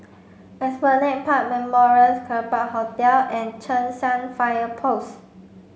Esplanade Park Memorials Kerbau Hotel and Cheng San Fire Post